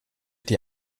die